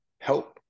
help